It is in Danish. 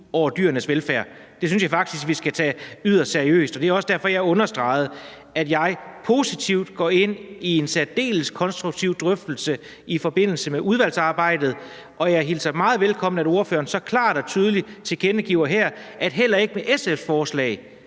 over dyrenes velfærd. Det synes jeg vi skal tage yderst seriøst. Det var også derfor, jeg understregede, at jeg positivt går ind i en særdeles konstruktiv drøftelse i forbindelse med udvalgsarbejdet, og jeg hilser det meget velkommen, at ordføreren så klart og tydeligt tilkendegiver her, at heller ikke med SF's forslag